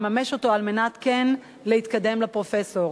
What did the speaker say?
לממש אותו על מנת כן להתקדם לפרופסור.